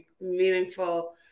meaningful